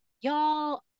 y'all